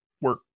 work